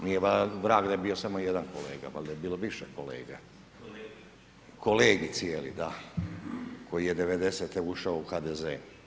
Nije vrag da je bio sam jedan kolega, valjda je bilo više kolega, kolegij cijeli, da, koji je '90. ušao u HDZ.